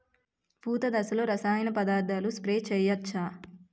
పూత దశలో రసాయన పదార్థాలు స్ప్రే చేయచ్చ?